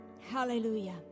Hallelujah